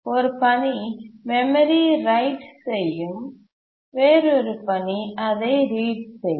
ஒரு பணி memory write செய்யும் வேறொரு பணி அதைப் ரீட் செய்யும்